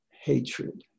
hatred